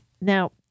Now